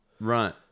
Right